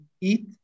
eat